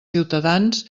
ciutadans